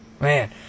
Man